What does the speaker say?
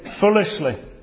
foolishly